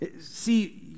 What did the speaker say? See